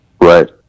Right